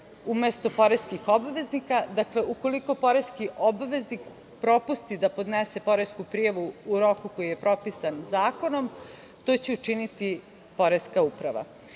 umesto poreskih obveznika. Dakle, ukoliko poreski obaveznik propusti da podnese poresku prijavu u roku koji je propisan zakonom to će učiniti poreska uprava. Dakle,